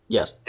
Yes